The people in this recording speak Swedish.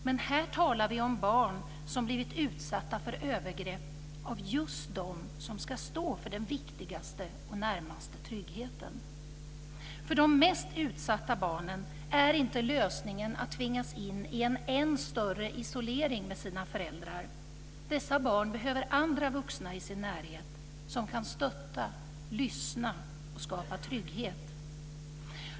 Men här talar vi om barn som blivit utsatta för övergrepp av just dem som ska stå för den viktigaste och närmaste tryggheten. För de mest utsatta barnen är inte lösningen att tvingas in i en än större isolering med sina föräldrar. Dessa barn behöver andra vuxna i sin närhet som kan stötta, lyssna och skapa trygghet.